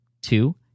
Two